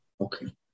Okay